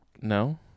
No